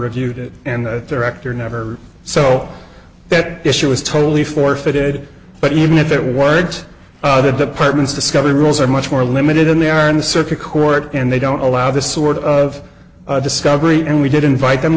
reviewed it and the director never so that issue is totally forfeited but even if there weren't other departments discovery rules are much more limited than they are in the circuit court and they don't allow this sort of discovery and we did invite them